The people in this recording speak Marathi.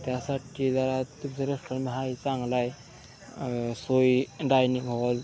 त्यासाठी तिथे जर तुमचं रेस्टॉरंट महा चांगलाय सोयी डायनिंग हॉल